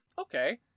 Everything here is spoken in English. Okay